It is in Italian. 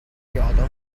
chiodo